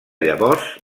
llavors